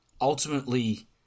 ultimately